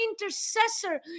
intercessor